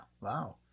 Wow